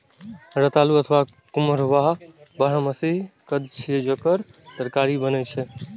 रतालू अथवा खम्हरुआ बारहमासी कंद छियै, जेकर तरकारी बनै छै